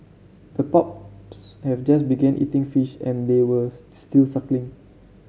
the pups have just began eating fish and they were still suckling